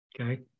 Okay